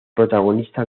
protagonista